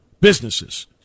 Businesses